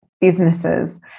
businesses